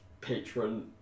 patron